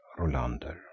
Rolander